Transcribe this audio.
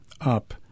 up